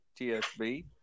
TSB